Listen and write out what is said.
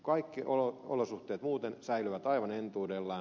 kaikki olosuhteet muuten säilyvät aivan entuudellaan